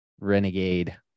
Renegade